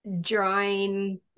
drawing